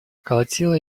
колотила